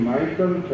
Michael